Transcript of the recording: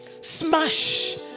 Smash